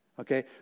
okay